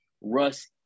Russ